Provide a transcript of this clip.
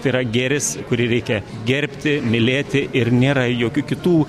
tai yra gėris kurį reikia gerbti mylėti ir nėra jokių kitų